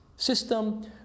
system